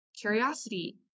curiosity